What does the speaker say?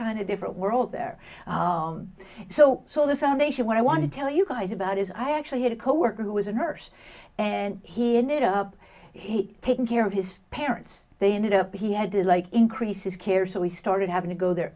kind of different world there so so the foundation what i want to tell you guys about is i actually had a coworker who was a nurse and he ended up he taking care of his parents they ended up he had to like increases care so he started having to go there